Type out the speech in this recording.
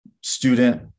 student